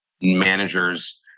managers